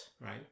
right